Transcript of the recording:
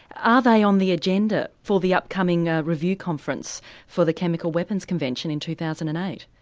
are they on the agenda for the upcoming review conference for the chemical weapons convention in two thousand and eight?